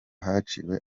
haciwe